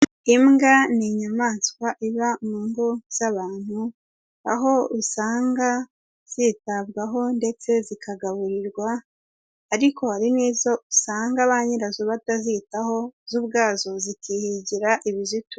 Imbwa ni inyamaswa iba mu ngo z'abantu aho usanga zitabwaho ndetse zikagaburirwa ariko hari n'izo usanga ba nyirazo batazitaho, zo ubwazo zikihigira ibizitunga.